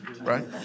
right